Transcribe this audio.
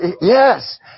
Yes